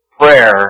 prayer